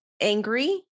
angry